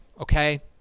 okay